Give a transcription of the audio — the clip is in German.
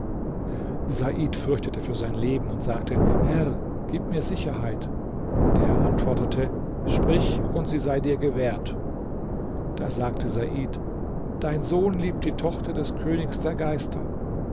said fürchtete für sein leben und sagte herr gib mir sicherheit der antwortete sprich und sie sei dir gewährt da sagte said dein sohn liebt die tochter des königs der geister